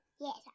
Yes